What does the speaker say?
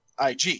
IG